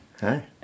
Hi